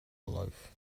life